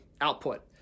output